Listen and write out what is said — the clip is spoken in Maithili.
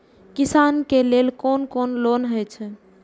किसान के लेल कोन कोन लोन हे छे?